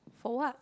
for what